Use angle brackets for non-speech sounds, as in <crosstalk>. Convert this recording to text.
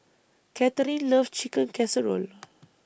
Kathryne loves Chicken Casserole <noise>